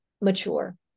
mature